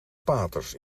paters